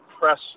press